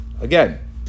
again